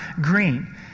green